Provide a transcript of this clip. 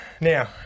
now